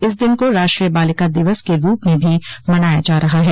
इस दिन को राष्ट्रीय बालिका दिवस के रूप में भी मनाया जा रहा है